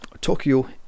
tokyo